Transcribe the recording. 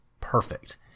perfect